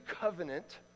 covenant